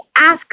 ask